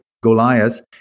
Goliath